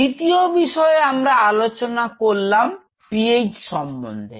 দ্বিতীয় বিষয় আমরা আলোচনা করলাম PH সম্বন্ধে